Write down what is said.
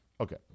Okay